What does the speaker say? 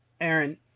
Aaron